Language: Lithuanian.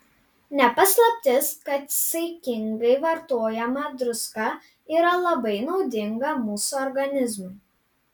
ne paslaptis kad saikingai vartojama druska yra labai naudinga mūsų organizmui